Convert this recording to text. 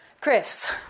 Chris